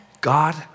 God